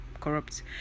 corrupt